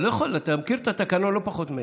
אתה מכיר את התקנון לא פחות ממני,